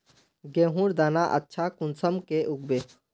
गेहूँर दाना अच्छा कुंसम के उगबे?